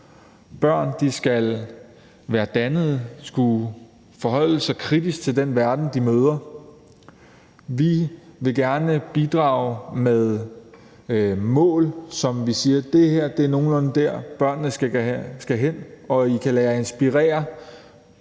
børn skal være dannede og skal kunne forholde sig kritisk til den verden, de møder. Vi vil gerne bidrage med mål, hvor vi siger, at det her er nogenlunde der, hvor vi gerne vil have at børnene skal hen, og I kan lade jer inspirere.